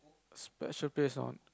special place on